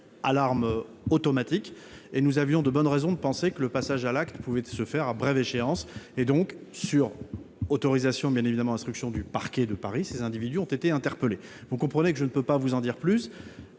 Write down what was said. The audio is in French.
l'arme automatique et nous avions de bonnes raisons de penser que le passage à l'acte pouvait se faire à brève échéance, et donc sur autorisation bien évidemment instruction du parquet de Paris, ces individus ont été interpellés, vous comprenez que je ne peux pas vous en dire plus,